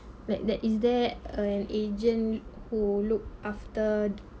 like that is there an agent who look after